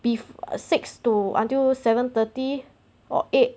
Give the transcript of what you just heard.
be if err six to until seven thirty or eight